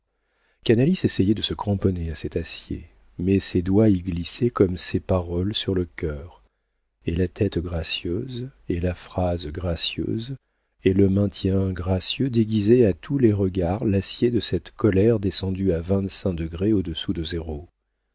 essayait de se cramponner à cet acier mais ses doigts y glissaient comme ses paroles sur le cœur et la tête gracieuse et la phrase gracieuse et le maintien gracieux déguisaient à tous les regards l'acier de cette colère descendue à vingt-cinq degrés au-dessous de zéro